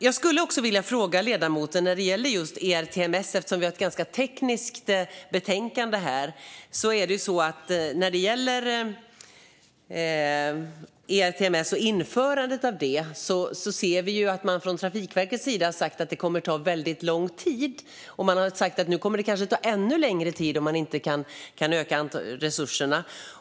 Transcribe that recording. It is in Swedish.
Jag skulle också vilja ställa en fråga till ledamoten om ERTMS. Vi har ju ett rätt tekniskt betänkande här. När det gäller införandet av ERTMS har man från Trafikverkets sida sagt att det kommer att ta väldigt lång tid och att det nu kanske kommer att ännu längre tid om man inte kan öka resurserna.